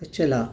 पिछला